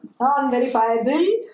Non-verifiable